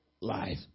life